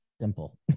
simple